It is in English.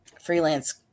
freelance